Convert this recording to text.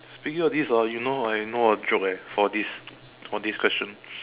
speaking of this lor you know you know a joke right for this for this question